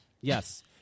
Yes